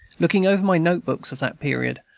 looking over my note-books of that period,